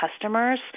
customers